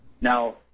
Now